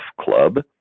Club